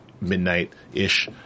midnight-ish